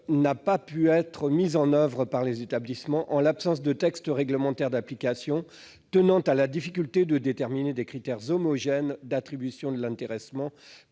n'a pas pu être mise en oeuvre par les établissements en l'absence de textes réglementaires d'application tenant à la difficulté de déterminer des critères homogènes d'attribution de l'intéressement